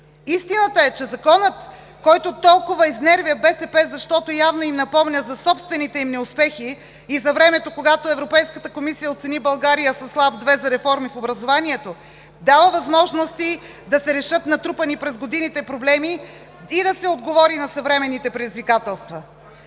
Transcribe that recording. Истината е, че Законът, който толкова изнервя БСП, защото явно им напомня за собствените им неуспехи и за времето, когато Европейската комисия оцени България със „слаб 2“ за реформи в образованието, дава възможности да се решат натрупани през годините проблеми и да се отговори на съвременните предизвикателства.